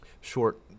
short